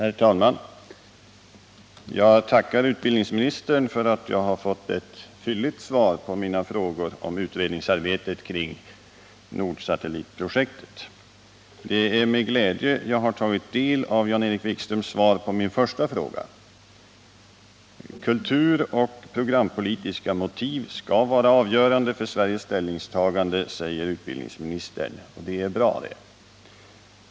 Herr talman! Jag tackar utbildningsministern för att jag fått ett fylligt svar på mina frågor om utredningsarbetet kring Nordsatellitprojektet. Det är med glädje jag tagit del av Jan-Erik Wikströms svar på min första fråga. Kulturoch programpolitiska motiv skall vara avgörande för Sveriges ställningstagande, säger utbildningsministern. Det är bra.